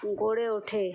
গড়ে ওঠে